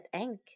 Ink